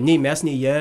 nei mes nei jie